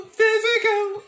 physical